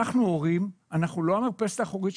אנחנו הורים, אנחנו לא המרפסת האחורית.